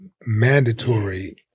mandatory